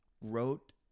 wrote